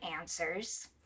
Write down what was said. answers